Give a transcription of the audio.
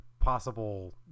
possible